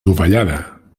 dovellada